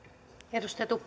arvoisa